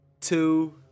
two